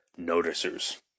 noticers